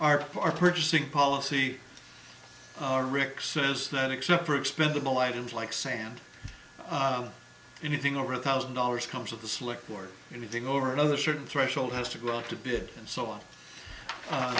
are our purchasing policy rick says that except for expendable items like sand anything over a thousand dollars comes with the slick work anything over another certain threshold has to grow up to be good and so on